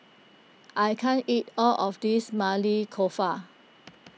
I can't eat all of this Maili Kofta